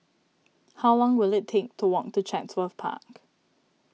how long will it take to walk to Chatsworth Park